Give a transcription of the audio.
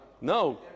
No